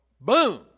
boom